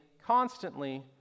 constantly